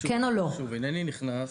שוב, אינני נכנס.